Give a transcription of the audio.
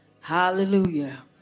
Hallelujah